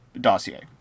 dossier